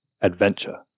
adventure